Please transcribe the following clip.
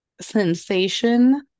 sensation